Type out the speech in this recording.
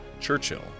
Churchill